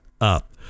up